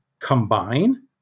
Combine